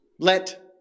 Let